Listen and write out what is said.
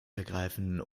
ergreifen